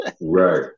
right